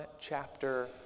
chapter